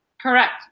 Correct